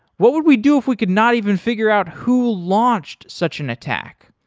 what would we do if we could not even figure out who launched such an attack?